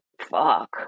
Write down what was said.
fuck